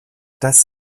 das